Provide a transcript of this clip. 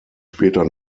später